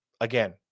Again